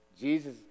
Jesus